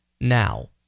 now